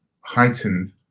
heightened